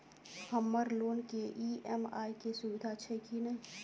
हम्मर लोन केँ ई.एम.आई केँ सुविधा छैय की नै?